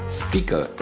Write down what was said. speaker